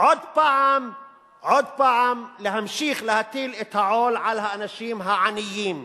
עוד פעם להמשיך להטיל את העול על האנשים העניים,